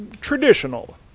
traditional